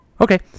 Okay